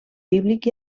bíblic